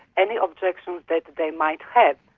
any objections that they might have.